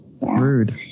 Rude